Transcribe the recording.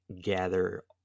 gather